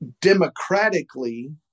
democratically